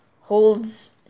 holds